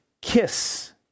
kiss